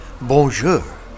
bonjour